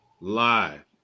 Live